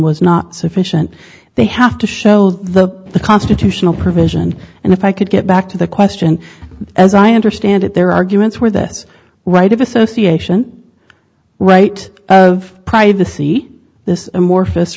was not sufficient they have to show the constitutional provision and if i could get back to the question as i understand it there are arguments where this right of association right of privacy this amorphous